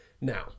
now